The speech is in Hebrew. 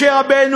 משה רבנו,